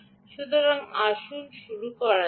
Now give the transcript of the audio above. সুতরাং আসুন শুরু করা যাক